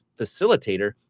facilitator